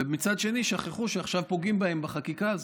ומצד שני שכחו שעכשיו פוגעים בהם בחקיקה הזאת.